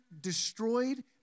destroyed